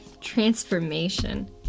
transformation